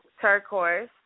turquoise